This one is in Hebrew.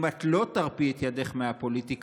לכאורה, אם לא תרפי את ידך מהפוליטיקה,